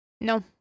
No